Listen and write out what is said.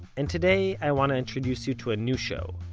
and today i want to introduce you to a new show,